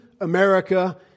America